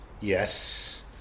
Yes